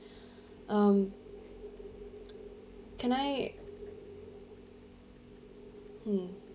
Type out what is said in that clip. um can I hmm